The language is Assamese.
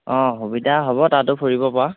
অঁ সুবিধা হ'ব তাতো ফুৰিব পৰা